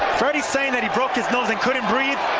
thirty saying that he broke his nose and couldn't breathe.